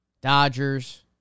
Dodgers